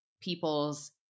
people's